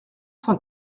cent